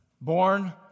Born